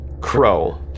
Crow